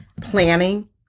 planning